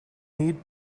need